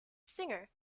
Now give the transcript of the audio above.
singer